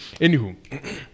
Anywho